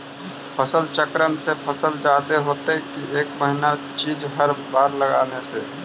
फसल चक्रन से फसल जादे होतै कि एक महिना चिज़ हर बार लगाने से?